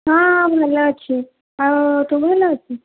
ହଁ ଭଲ ଅଛି ଆଉ ତୁ ଭଲ